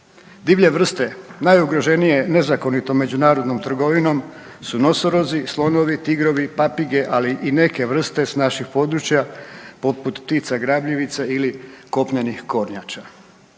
Divlje vrste najugroženije nezakonito međunarodnom trgovinom su nosorozi, slonovi, tigrovi, papige, ali i neke vrste sa naših područja poput ptica grabljivica ili kopnenih kornjača.